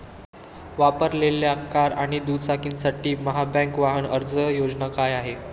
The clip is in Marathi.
वापरलेल्या कार आणि दुचाकीसाठी महाबँक वाहन कर्ज योजना काय आहे?